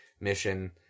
mission